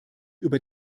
über